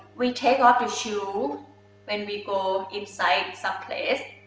we take off the shoe when we go inside someplace.